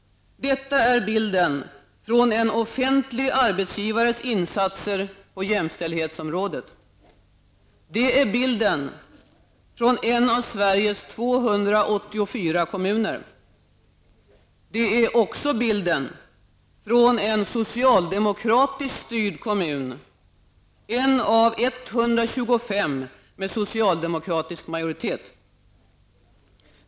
Detta är bilden från en offentlig arbetsgivares insatser på jämställdhetsområdet. Det är bilden från en av Sveriges 284 kommuner. Det är också bilden från en socialdemokratiskt styrd kommun, en av 125 med socialdemokratisk majoritet.